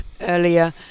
earlier